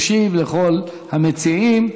וישיב לכל המציעים.